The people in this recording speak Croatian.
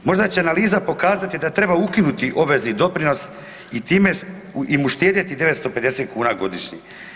Možda će analiza pokazati da treba ukinuti obvezni doprinos i time im uštedjeti 950 kuna godišnje.